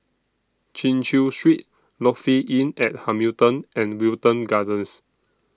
Chin Chew Street Lofi Inn At Hamilton and Wilton Gardens